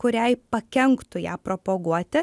kuriai pakenktų ją propaguoti